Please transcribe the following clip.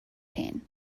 pain